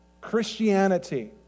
Christianity